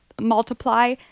multiply